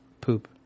poop